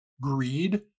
greed